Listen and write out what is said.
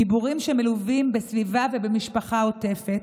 גיבורים שמלווים בסביבה ובמשפחה עוטפת,